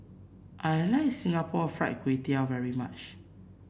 I Like Singapore Fried Kway Tiao very much